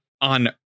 on